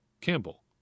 Campbell